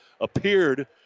appeared